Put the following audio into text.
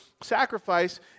sacrifice